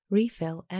Refill